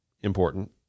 important